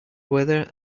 whether